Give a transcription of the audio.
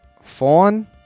fawn